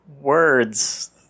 words